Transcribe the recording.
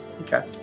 Okay